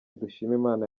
dushimimana